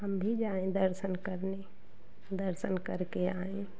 हम भी जाएं दर्शन करने दर्शन कर के आएं